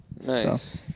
Nice